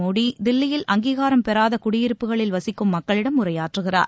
மோடி தில்லியில் அங்கீகாரம் பெறாத குடியிருப்புகளில் வசிக்கும் மக்களிடம் நரேந்திர உரையாற்றகிறார்